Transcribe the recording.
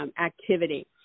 activity